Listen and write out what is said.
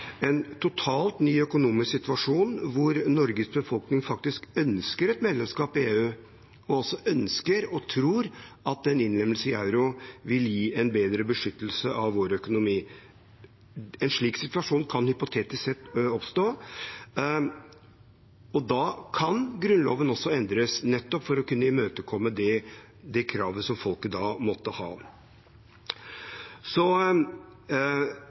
en totalt ny økonomisk situasjon hvor Norges befolkning faktisk ønsker et medlemskap i EU, og også ønsker og tror at en innlemmelse i euro vil gi en bedre beskyttelse av vår økonomi. En slik situasjon kan hypotetisk sett oppstå, og da kan Grunnloven også endres, nettopp for å kunne imøtekomme det kravet som folket da måtte ha. Så